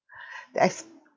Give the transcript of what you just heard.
they ex~